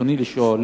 ברצוני לשאול: